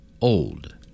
old